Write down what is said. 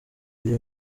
uyu